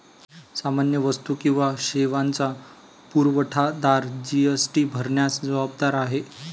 सामान्य वस्तू किंवा सेवांचा पुरवठादार जी.एस.टी भरण्यास जबाबदार आहे